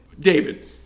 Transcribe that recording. David